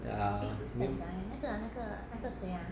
yeah